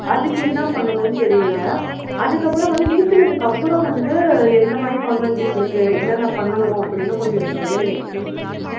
அதுக்கு என்ன பண்ணணும்னு தெரியிலை அதுக்கப்புறம் வந்து நீக்கினதுக்கு அப்புறம் வந்து எந்த மாதிரி ஃபார்மாலிட்டிஸ் இருக்குது என்னென்ன பண்ணணும் அப்படின்னும் கொஞ்சம் நீங்கள் வந்து எனக்கு எக்ஸ்ப்ளைன் பண்ணுங்க